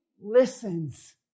listens